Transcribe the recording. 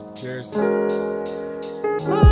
cheers